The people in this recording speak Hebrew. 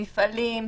מפעלים.